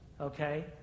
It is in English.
Okay